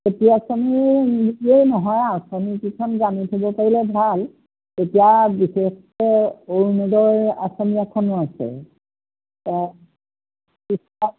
খেতি আঁচনি বুলিয়ে নহয় আৰু আঁচনিকেইখন জানি থ'ব পাৰিলে ভাল এতিয়া বিশেষকৈ অৰুণোদয় আঁচনি এখনো আছে